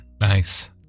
Nice